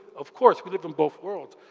of course, with live in both worlds.